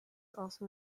also